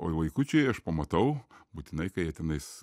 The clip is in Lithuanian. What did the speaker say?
o vaikučiai aš pamatau būtinai kai jie tenais